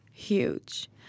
huge